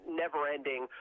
never-ending